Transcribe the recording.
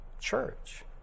church